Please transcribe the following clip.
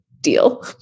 deal